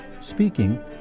speaking